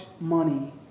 money